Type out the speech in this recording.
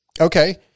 Okay